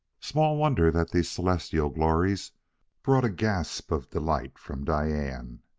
small wonder that these celestial glories brought a gasp of delight from diane,